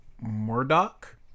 murdoch